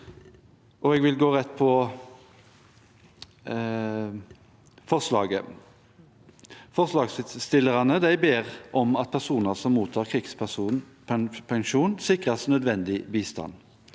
jeg vil gå rett over på forslaget. Forslagsstillerne ber om at personer som mottar krigspensjon, sikres nødvendig bistand.